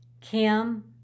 Kim